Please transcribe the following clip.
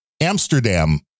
Amsterdam